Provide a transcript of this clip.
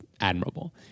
admirable